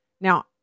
Now